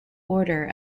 order